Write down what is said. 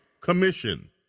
commission